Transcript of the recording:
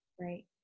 Right